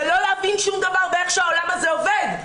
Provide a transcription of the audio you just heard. זה לא להבין שום דבר באיך שהעולם הזה עובד.